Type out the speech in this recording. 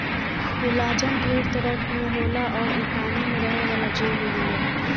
collagen ढेर तरह के होला अउर इ पानी में रहे वाला जीव में मिलेला